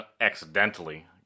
accidentally